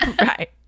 Right